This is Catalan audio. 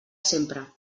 sempre